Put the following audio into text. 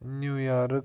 New York